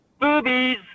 Boobies